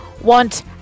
want